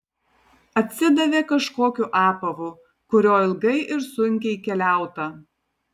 atsidavė kažkokiu apavu kuriuo ilgai ir sunkiai keliauta